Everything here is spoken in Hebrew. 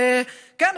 כן,